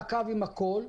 עם מעקב והכול,